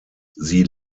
sie